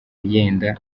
yenda